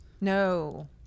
No